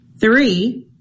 three